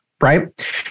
right